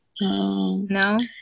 No